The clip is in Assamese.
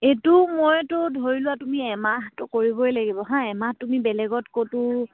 এইটো মইতো ধৰি লোৱা তুমি এমাহটো কৰিবই লাগিব হাঁ এমাহ তুমি বেলেগত ক'তো